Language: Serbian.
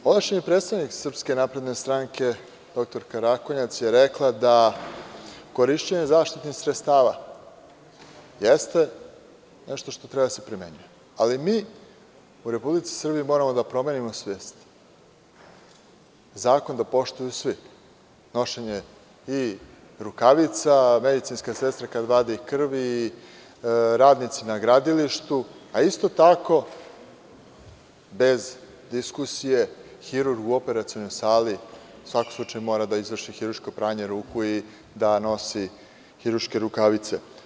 Ovlašćeni predstavnik SNS, dr Rakonjac je rekla da korišćenje zaštitnih sredstava jeste nešto što treba da se primenjuje, ali mi u Republici Srbiji moramo da promenimo svest, zakon da poštuju svi, nošenje i rukavica, medicinska sestra kad vadi krv, i radnici na gradilištu, a isto tako bez diskusije, hirurg u operacionoj sali mora da izvšri hiruško pranje ruku i da nosi hiruške rukavice.